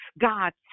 God